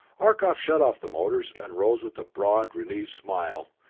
arcot shut off the motors and rose with a broad, relieved smile,